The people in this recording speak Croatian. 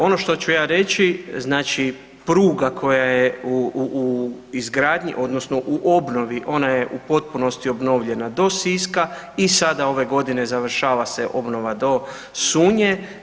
Ono što ću ja reći, znači pruga koja je u izgradnji odnosno u obnovi ona je u potpunosti obnovljena do Siska i sada ove godine završava se obnova do Sunje.